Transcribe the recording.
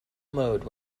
mode